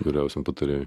vyriausiam patarėjui